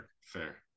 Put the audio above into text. Fair